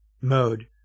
mode